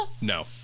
No